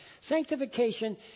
Sanctification